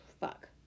fuck